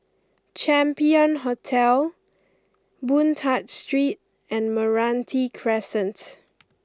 Champion Hotel Boon Tat Street and Meranti Crescent